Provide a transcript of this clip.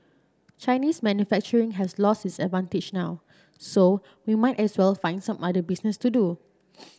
Chinese manufacturing has lost its advantage now so we might as well find some other business to do